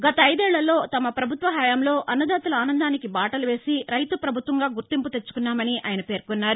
గత ఐదేళ్లలో తమ ప్రభుత్వ హయాంలో అన్నదాతల ఆనందానికి బాటలువేసి రైతు ప్రభుత్వంగా గుర్తింపు తెచ్చుకున్నామని ఆయన పేర్కొన్నారు